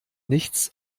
nichts